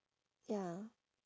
ya